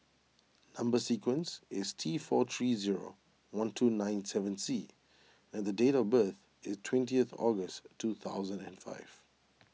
Number Sequence is T four three zero one two nine seven C and date of birth is twentieth August two thousand and five